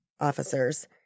officers